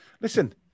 Listen